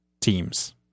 teams